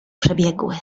przebiegły